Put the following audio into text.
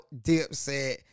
Dipset